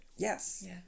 Yes